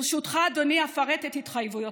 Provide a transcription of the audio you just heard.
ברשותך, אדוני, אפרט את התחייבויותיי: